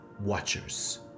watchers